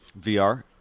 VR